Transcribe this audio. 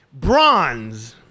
Bronze